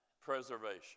preservation